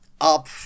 up